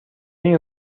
این